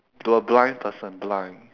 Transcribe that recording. to a blind person blind